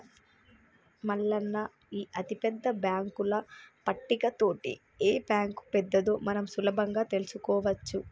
మల్లన్న ఈ అతిపెద్ద బాంకుల పట్టిక తోటి ఏ బాంకు పెద్దదో మనం సులభంగా తెలుసుకోవచ్చు